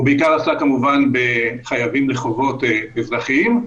הוא בעיקר עסק בחייבים בחובות אזרחיים.